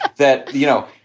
that, you know,